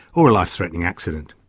or a life threatening accident.